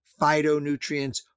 phytonutrients